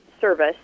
service